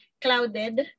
clouded